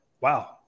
Wow